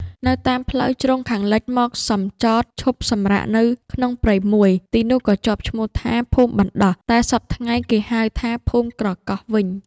នៅតាមផ្លូវជ្រុងខាងលិចមកសំចតឈប់សម្រាកនៅក្នុងព្រៃមួយ ទីនោះក៏ជាប់ឈ្មោះថា ភូមិបណ្ដោះ តែសព្វថ្ងៃគេហៅថា ភូមិក្រកោះ វិញ ។